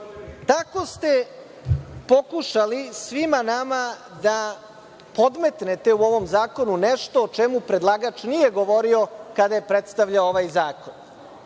ste pokušali svima nama da podmetnete u ovom zakonu nešto o čemu predlagač nije govorio kada je predstavljao ovaj zakon,